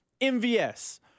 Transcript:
MVS